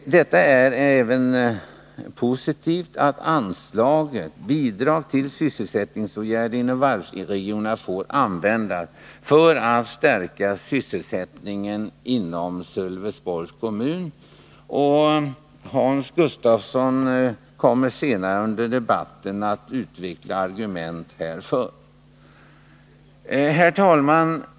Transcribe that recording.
Det är även positivt att anslaget Bidrag till sysselsättningsåtgärder inom varvsregionerna får användas för att stärka sysselsättningen i Sölvesborgs kommun. Hans Gustafsson kommer senare i debatten att utveckla argument härför. Herr talman!